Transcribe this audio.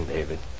David